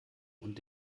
und